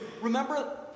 Remember